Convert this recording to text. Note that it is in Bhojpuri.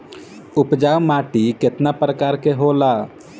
उपजाऊ माटी केतना प्रकार के होला?